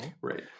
right